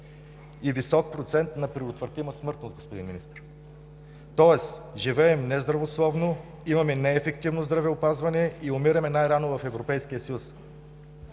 и висок процент на предотвратима смъртност, господин Министър. Тоест, живеем нездравословно, имаме неефективно здравеопазване и умираме най-рано в Европейския съюз.